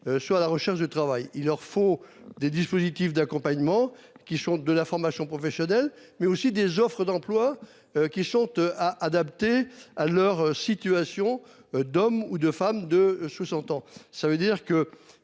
suis à la recherche de travail, il leur faut des dispositifs d'accompagnement qui font de la formation professionnelle mais aussi des offres d'emploi qui chante a adapté à leur situation d'hommes ou de femmes de 60 ans,